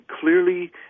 clearly